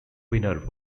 winner